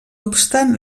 obstant